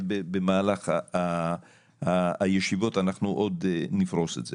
ובמהלך הישיבות אנחנו עוד נפרוס את זה.